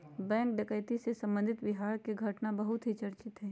bank डकैती से संबंधित बिहार के घटना बहुत ही चर्चित हई